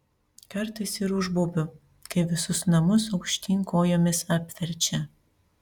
kartais ir užbaubiu kai visus namus aukštyn kojomis apverčia